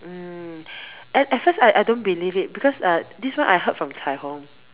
mm and at first I I don't believe it because uh this one I heard from Cai-Hong